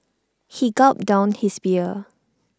he gulped down his beer